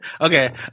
okay